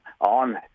on